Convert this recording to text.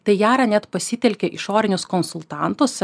tai jara net pasitelkė išorinius konsultantus